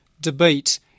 debate